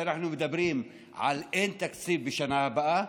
כשאנחנו אומרים שאין תקציב בשנה הבאה,